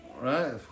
Right